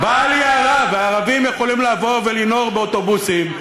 הערבים יכולים לבוא ולנהור באוטובוסים,